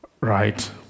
right